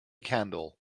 candle